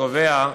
הקובע,